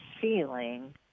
feeling